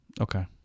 okay